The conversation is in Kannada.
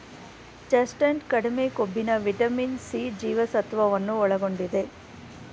ಚೆಸ್ಟ್ನಟ್ ಕಡಿಮೆ ಕೊಬ್ಬಿನ ವಿಟಮಿನ್ ಸಿ ಜೀವಸತ್ವವನ್ನು ಒಳಗೊಂಡಿದೆ